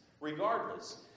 regardless